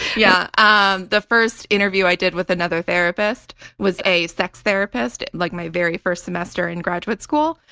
yeah um the first interview i did with another therapist was a sex therapist, like my very first semester in graduate school.